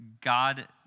God